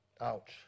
Ouch